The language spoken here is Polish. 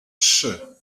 trzy